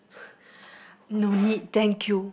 no need thank you